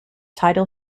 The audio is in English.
tidal